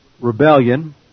rebellion